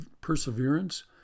perseverance